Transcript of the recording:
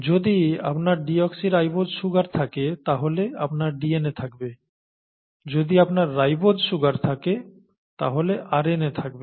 যদি আপনার deoxyribose sugar থাকে তাহলে আপনার DNA থাকবে যদি আপনার রাইবোজ সুগার থাকে তাহলে RNA থাকবে